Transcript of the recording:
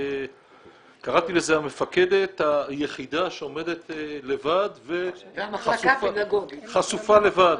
קראתי לזה המפקדת היחידה שעומדת לבד וחשופה לבד.